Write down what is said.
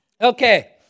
Okay